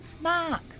Mark